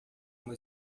uma